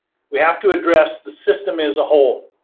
we have to address the system as a whole.